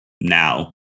now